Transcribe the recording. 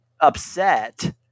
upset